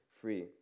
free